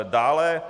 Dále.